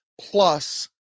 plus